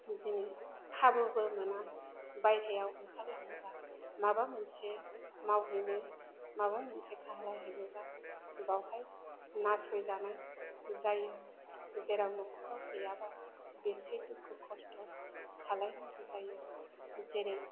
बिदिनो खाबुबो मोना बाइह्रायाव ओंखारलांनोबा माबा मोनसे मावहैनो माबा मोनसे खालायहैयोबा बावहाय नासय जानाय जायो जेराव न'खराव गैयाबा बेसे दुखु खस्थ' खालायनांगौ जायो जेरै